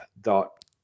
dot